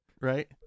right